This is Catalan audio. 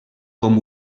com